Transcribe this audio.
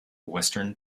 western